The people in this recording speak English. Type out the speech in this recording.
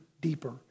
deeper